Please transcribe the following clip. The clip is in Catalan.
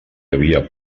havia